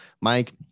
Mike